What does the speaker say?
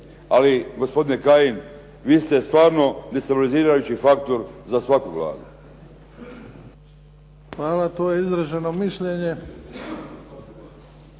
Ali gospodine Kajin vi ste stvarno destabilizirajući faktor za svakoga. **Bebić, Luka (HDZ)** Hvala. To je izraženo mišljenje.